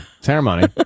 ceremony